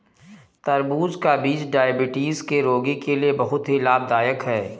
तरबूज का बीज डायबिटीज के रोगी के लिए बहुत ही लाभदायक है